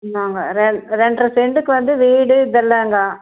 நாங்கள் ரெண்டு ரெண்ட்ரை சென்டுக்கு வந்து வீடு இதெல்லாம்ங்க